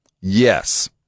Yes